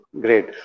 great